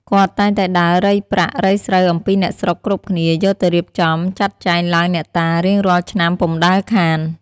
គាត់តែងតែដើររៃប្រាក់ រៃស្រូវអំពីអ្នកស្រុកគ្រប់គ្នា យកទៅរៀបចំ ចាត់ចែងឡើងអ្នកតារៀងរាល់ឆ្នាំពុំដែលខាន ។